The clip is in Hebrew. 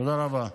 תודה רבה.